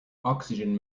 oxygen